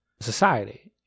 society